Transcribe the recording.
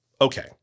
Okay